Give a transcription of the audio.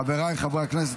חבריי חברי הכנסת,